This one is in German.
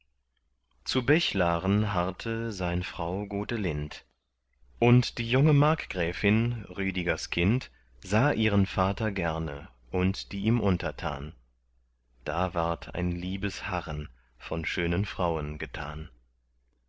zu bechlaren harrte sein frau gotelind und die junge markgräfin rüdigers kind sah ihren vater gerne und die ihm untertan da ward ein liebes harren von schönen frauen getan